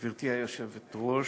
גברתי היושבת-ראש,